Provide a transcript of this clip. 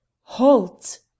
Halt